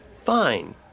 Fine